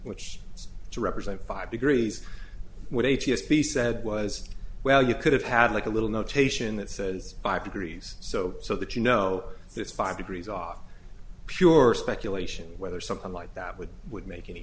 which is to represent five degrees what h s b c said was well you could have had like a little notation that says five degrees so so that you know this five degrees off pure speculation whether something like that would would make a